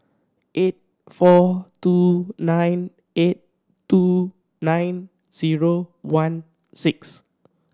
eight four two nine eight two nine zero one six